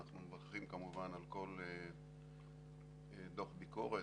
אנחנו מברכים כמובן על כל דוח ביקורת,